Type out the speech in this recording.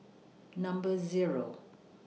Number Zero